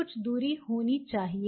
कुछ दूरी होनी चाहिए